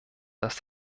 dass